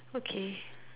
okay